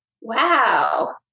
Wow